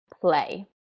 Play